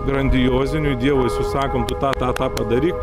grandiozinių dievui susakom tu tą tą tą padaryk